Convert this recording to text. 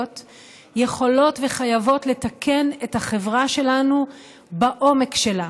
יכולות וחייבות לתקן את החברה שלנו בעומק שלה,